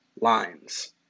lines